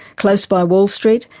close by wall street,